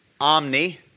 omni